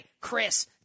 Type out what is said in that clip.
Chris